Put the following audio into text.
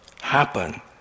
happen